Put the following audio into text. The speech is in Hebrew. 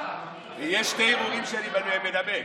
ויש שני ערעורים שאני מנמק.